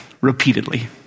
repeatedly